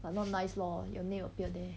but not nice lor your name appear there